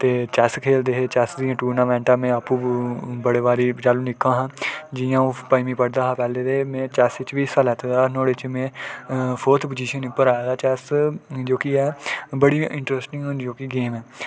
ते चैस्स खेल्लदे हे ते चैस्स दियां टूर्नांमैंटां में आपूं बड़े बारी जिसलै निक्का हा जि'यां अ'ऊं पंञमीं पढ़दा हा पैह्ले में चैस्स च बी हिस्सा लैते दा नुहाड़े च में फोर्थ पोजीशन उप्पर आए दा चैस्स जोह्की ऐ बड़ी गै इंटरस्टिंग होंदी ओह्की गेम ऐ